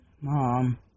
Mom